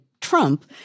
Trump